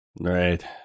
right